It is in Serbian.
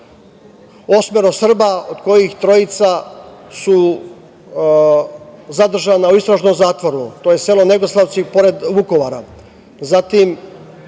osmoro Srba od kojih su trojica zadržana u istražnom zatvoru. To je selo Negoslavci pored Vukovara. Zatim,